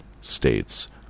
States